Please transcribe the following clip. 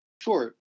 Sure